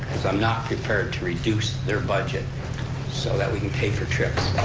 cause i'm not prepared to reduce their budget so that we can pay for trips